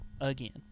again